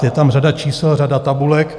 Je tam řada čísel, řada tabulek.